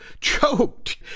choked